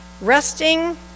Resting